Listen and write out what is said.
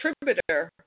contributor